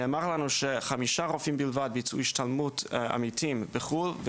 נאמר לנו שחמישה רופאים בלבד יצאו להשתלמות עמיתים בחו"ל,